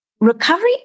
Recovery